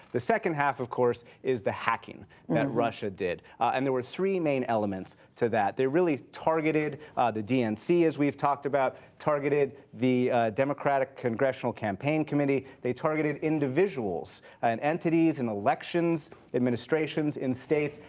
the second half, of course, is the hacking that russia did. and there were three main elements to that. they really targeted the dnc, as we have talked about, targeted the democratic congressional campaign committee. they targeted individuals and entities and elections administrations in states,